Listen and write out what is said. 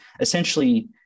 essentially